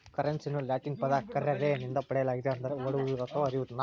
ಕರೆನ್ಸಿಯನ್ನು ಲ್ಯಾಟಿನ್ ಪದ ಕರ್ರೆರೆ ನಿಂದ ಪಡೆಯಲಾಗಿದೆ ಅಂದರೆ ಓಡುವುದು ಅಥವಾ ಹರಿಯುವುದು